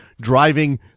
driving